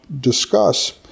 discuss